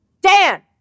Dan